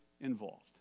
involved